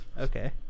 Okay